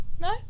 No